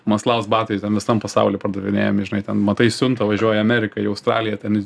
maslaus batai ten visam pasauly pardavinėjami žinai ten matai siunta važiuoja į ameriką į australiją tenais